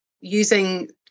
using